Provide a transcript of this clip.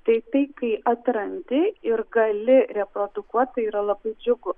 tai tai kai atrandi ir gali reprodukuot yra labai džiugu